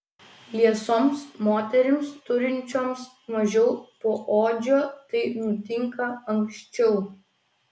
liesoms moterims turinčioms mažiau poodžio tai nutinka anksčiau